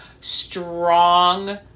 strong